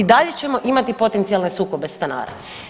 I dalje ćemo imati potencijalne sukobe stanara.